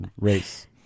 race